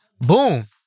boom